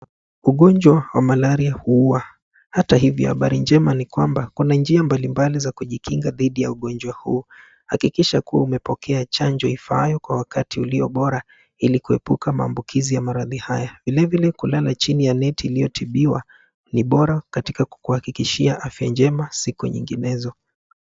Ugonjwa wa malaria huua, hata hivo habari njema ni kwamba kuna njia mbalimbali za kujikinga didhi ya ugonjwa huu. Hakikisha kuwa umepoke chanjo ifaayo kwa wakati ulio bora ili kuepuka maambukizi ya maradhi haya, vilevile kulala chini ya neti iliyotibiwa ni bora katika kukuhakikishai afya njema siku nyinginezo.